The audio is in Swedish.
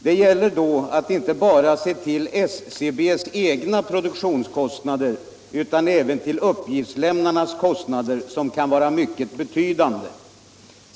Det gäller då att inte bara se till SCB:s egna produktionskostnader utan även till uppgiftslämnarnas kostnader, som kan vara mycket betydande.